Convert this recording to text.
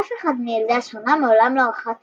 אף אחד מילדי השכונה מעולם לא רחץ